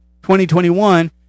2021